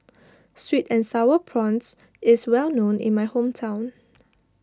Sweet and Sour Prawns is well known in my hometown